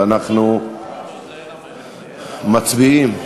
אנחנו מצביעים.